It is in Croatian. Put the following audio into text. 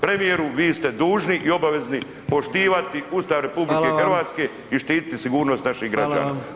Premijeru vi ste dužni i obavezni poštivati Ustav RH i štiti sigurnost naših građana.